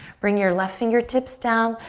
bring your left fingertips down.